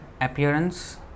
appearance